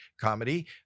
comedy